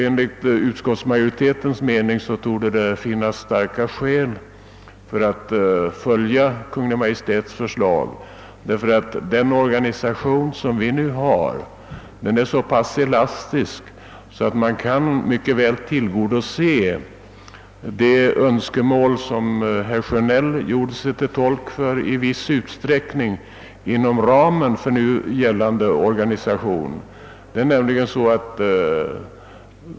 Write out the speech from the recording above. Enligt utskottsmajoritetens mening torde det finnas starka skäl att följa Kungl. Maj:ts förslag, ty den organisation som vi nu har är så pass elastisk att man inom ramen för densamma i viss utsträckning kan tillgodose de önskemål som herr Sjönell framför.